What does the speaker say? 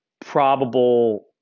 probable